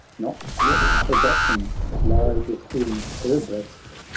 not yet forgotten lie within her breast.